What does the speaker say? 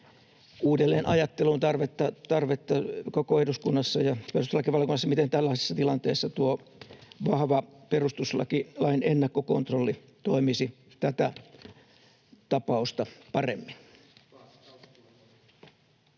uudelleen-ajatteluun tarvetta koko eduskunnassa ja perustuslakivaliokunnassa, miten tällaisessa tilanteessa tuo vahva perustuslain ennakkokontrolli toimisi tätä tapausta paremmin.